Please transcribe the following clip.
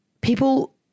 people